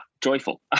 joyful